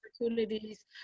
opportunities